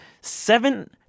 Seven